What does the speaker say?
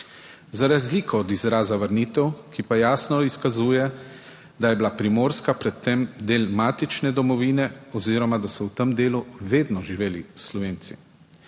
Za razliko od izraza vrnitev, ki pa jasno izkazuje, da je bila Primorska pred tem del matične domovine oziroma da so v tem delu vedno živeli Slovenci.